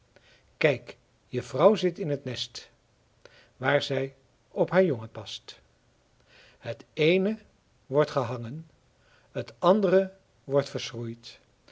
kijk je vrouw zit in het nest waar zij op haar jongen past het eene wordt gehangen het andere wordt